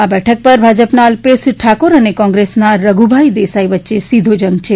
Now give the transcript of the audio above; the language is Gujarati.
આ બેઠક પર ભાજપના અલ્પેશ ઠાકોર અને કોંગ્રેસના રધુભાઈ દેસાઈ વચ્ચે સીધો જંગ છે